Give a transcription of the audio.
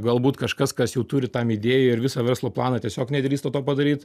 galbūt kažkas kas jau turi tam idėją ir visą verslo planą tiesiog nedrįsta to padaryt